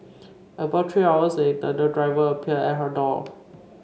about three hours later the driver appeared at her door